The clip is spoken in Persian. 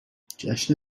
جشن